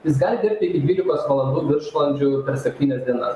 jis gali dirbti dvylikos valandų viršvalandžių per septynias dienas